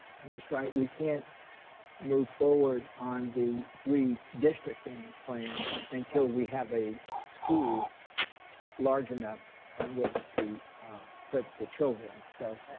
and ms. wright, we can't move forward on the redistricting plan until we have a school large enough in which to put the children. so